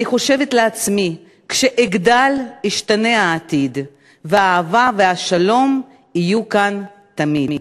/ אני חושבת לעצמי: כשאגדל ישתנה העתיד / והאהבה והשלום יהיו כאן תמיד.